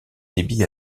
débits